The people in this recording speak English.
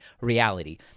reality